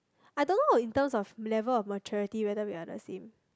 I dunno in terms of level of maturity whether we are the same